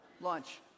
Lunch